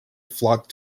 flock